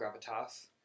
gravitas